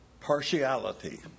partiality